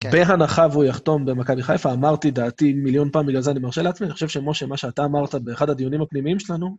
בהנחה והוא יחתום במכבי חיפה, אמרתי את דעתי מיליון פעם, בגלל זה אני מרשה לעצמי, אני חושב שמשה, מה שאתה אמרת באחד הדיונים הפנימיים שלנו...